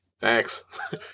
Thanks